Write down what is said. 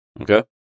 Okay